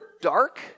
dark